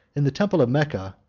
in the temple of mecca,